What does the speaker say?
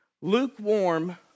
lukewarm